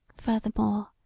Furthermore